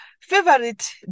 favorite